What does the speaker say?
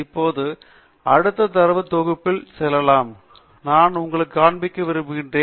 இப்போது அடுத்த தரவுத் தொகுப்பில் செல்லலாம் நான் உங்களுக்கு காண்பிக்க விரும்புகிறேன்